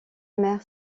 mère